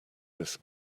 this